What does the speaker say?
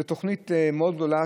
זו תוכנית מאוד גדולה,